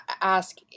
ask